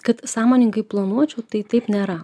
kad sąmoningai planuočiau tai taip nėra